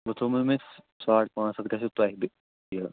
وۄنۍ تھومو مےٚ ساڑ پانٛژھ ہَتھ گژھیو تۄہہِ یہِ